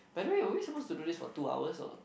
by the way are we supposed to do this for two hours or